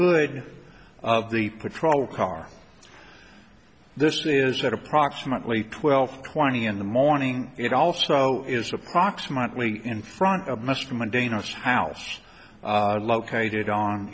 hood of the patrol car this is at approximately twelve twenty in the morning it also is approximately in front of mr mundaneness house located on